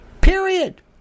Period